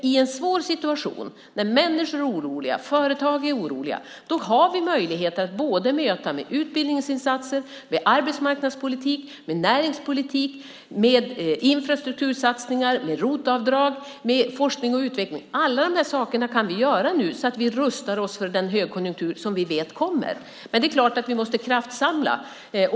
I en svår situation där människor och företag är oroliga har vi möjlighet att möta med utbildningsinsatser, med arbetsmarknadspolitik, med näringspolitik, med infrastruktursatsningar, med ROT-avdrag, med forskning och utveckling. Allt detta kan vi göra nu så att vi rustar oss för den högkonjunktur som vi vet kommer. Men det är klart att vi måste kraftsamla.